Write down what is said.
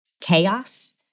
chaos